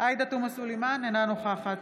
עאידה תומא סלימאן, אינה נוכחת